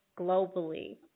globally